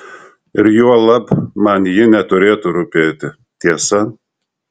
ir juolab man ji neturėtų rūpėti tiesa